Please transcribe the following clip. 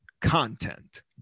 content